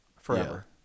forever